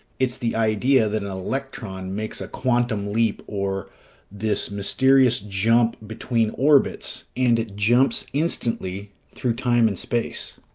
it's the idea that an electron makes a quantum leap, or this mysterious jump between orbits, and it jumps instantly through time and space.